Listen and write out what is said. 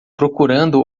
procurando